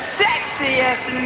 sexiest